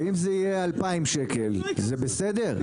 ואם זה יהיה 2,000 שקל זה בסדר?